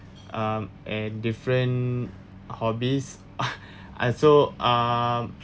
um and different hobbies also ah